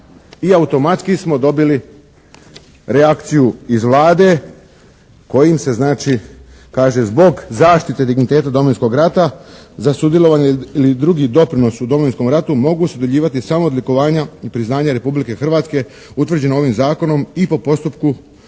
automatski smo dobili reakciju iz Vlade kojim se znači kaže: "Zbog zaštite digniteta Domovinskoga rata za sudjelovanje ili drugi doprinos u Domovinskom ratu mogu se dodjeljivati samo odlikovanja i priznanja Republike Hrvatske utvrđeno ovim Zakonom i po postupku